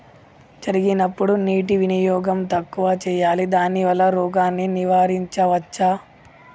జరిగినప్పుడు నీటి వినియోగం తక్కువ చేయాలి దానివల్ల రోగాన్ని నివారించవచ్చా?